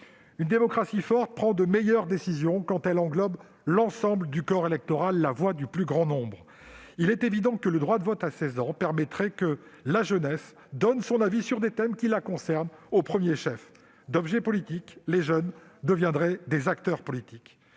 Une démocratie forte prend de meilleures décisions quand elle englobe l'ensemble du corps électoral et tient compte de la voix du plus grand nombre. Il est évident que le droit de vote à 16 ans permettrait à la jeunesse de donner son avis sur des thèmes qui la concernent au premier chef. D'objets politiques, les jeunes deviendraient des acteurs politiques.